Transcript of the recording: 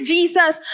Jesus